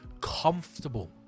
comfortable